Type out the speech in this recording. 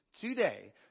today